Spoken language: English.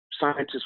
scientists